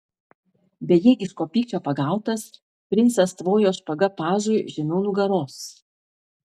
bejėgiško pykčio pagautas princas tvojo špaga pažui žemiau nugaros